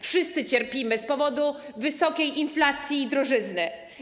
Wszyscy cierpimy z powodu wysokiej inflacji i drożyzny.